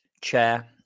chair